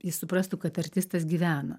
jis suprastų kad artistas gyvena